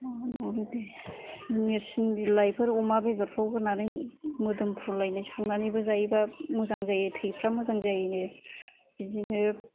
मा होनबावनो दे जों नोरसिं बिलाइफोर अमा बेदरफ्राव होनानै मोदोमफ्रुलायनाय संनानैबो जायोबा मोजां जायो थैफ्रा मोजां जायोनो बिदिनो